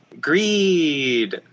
greed